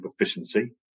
efficiency